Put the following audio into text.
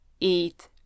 eat